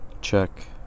Check